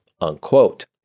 unquote